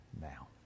now